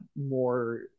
more